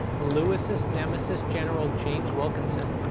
lewis' nemesis general james wilkinson,